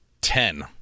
Ten